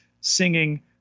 singing